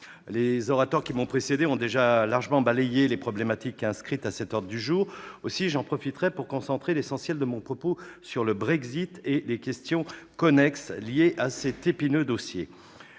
Les orateurs qui m'ont précédé ayant déjà largement évoqué les problématiques inscrites à cet ordre du jour, je concentrerai l'essentiel de mon propos sur le Brexit et sur les questions connexes liées à cet épineux dossier.